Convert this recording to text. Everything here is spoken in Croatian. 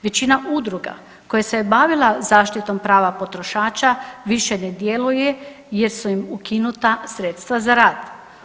Većina udruga koja se bavila zaštitom prava potrošača više ne djeluje jer su im ukinuta sredstva za rad.